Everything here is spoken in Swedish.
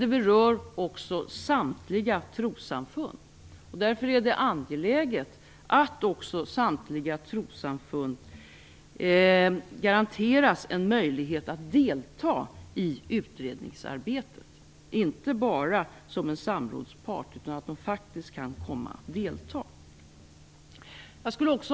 Det berör också samtliga trossamfund, och därför är det angeläget att samtliga trossamfund också garanteras en möjlighet att delta i utredningsarbetet, inte bara som samrådspart utan så att de faktiskt kan komma att delta.